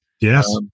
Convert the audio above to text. Yes